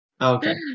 Okay